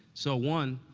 so, one,